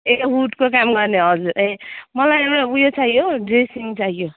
यता उडको काम गर्ने हजुर है मलाई एउटा उयो चाहियो हो ड्रेसिङ चाहियो